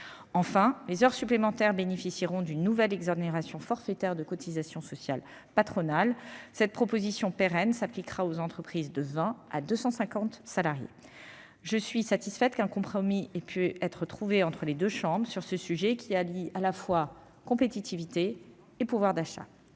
Enfin, les heures supplémentaires bénéficieront d'une nouvelle exonération forfaitaire de cotisations sociales patronales. Cette proposition pérenne s'appliquera aux entreprises de 20 à 250 salariés. Je suis satisfaite qu'un compromis ait pu être trouvé entre les deux chambres sur ce sujet qui allie compétitivité et pouvoir d'achat.